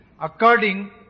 according